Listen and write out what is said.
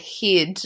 head